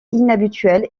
inhabituel